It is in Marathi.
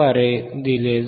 Power Supply दिले जाते